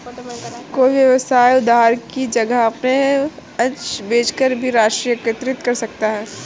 कोई व्यवसाय उधार की वजह अपने अंश बेचकर भी राशि एकत्रित कर सकता है